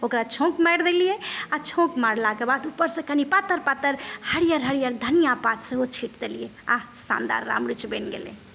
ओकरा छौँक मारि देलियै आओर छौँक मारलाके बाद उपरसँ कनि पातर पातर हरियर हरियर धनिया पात सेहो छींट देलियै आह शानदार राम रूचि बनि गेलै